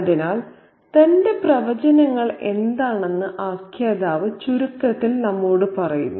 അതിനാൽ തന്റെ പ്രവചനങ്ങൾ എന്താണെന്ന് ആഖ്യാതാവ് ചുരുക്കത്തിൽ നമ്മോട് പറയുന്നു